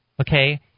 Okay